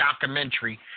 documentary